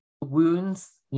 wounds